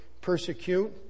persecute